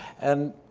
and